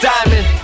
Diamond